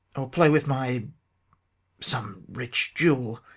or play with my some rich jewel.